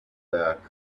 back